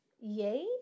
yay